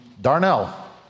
Darnell